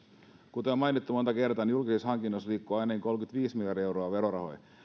kuten on mainittu monta kertaa julkisissa hankinnoissa liikkuu ainakin kolmekymmentäviisi miljardia euroa verorahoja